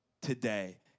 today